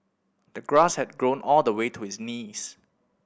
the grass had grown all the way to his knees